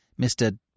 Mr